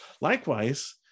Likewise